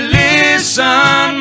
listen